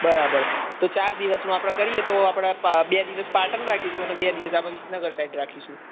બરાબર તો ચાર દિવસનો આપણે કરીએ તો આપણે પ બે દિવસ પાટણ રાખીશું અને બે દિવસ આપણે વિસનગર સાઇડ રાખીશું